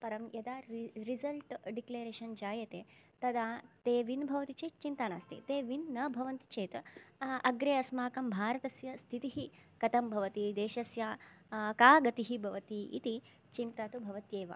परं यदा result declaration जायते तदा ते विन् भवति चेत् चिन्ता नास्ति ते विन् न भवन्ति चेत् अग्रे अस्माकं भारतस्य स्थितिः कथं भवति देशस्य का गतिः भवति इति चिन्ता तु भवत्येव